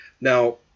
Now